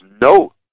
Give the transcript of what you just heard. no